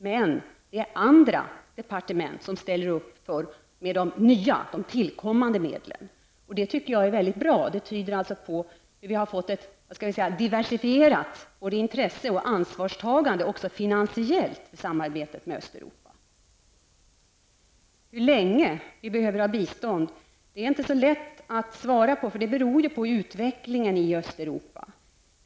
Men det är andra departement som ställer upp med de tillkommande medlen. Det tycker jag är bra. Det tyder på att vi fått ett diversifierat intresse och ansvarstagande i vårt finansiella samarbete med Östeuropa. Det är inte så lätt att svara på hur länge vi behöver ha bistånd. Det beror på utvecklingen i Östeuropa.